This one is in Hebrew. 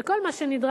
וכל מה שנדרש,